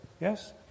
yes